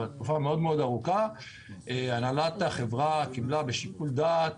אבל במשך תקופה ארוכה הנהלת החברה קיבלה בשיקול דעת,